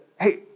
hey